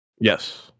yes